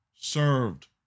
served